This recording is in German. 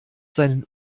seinen